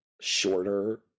shorter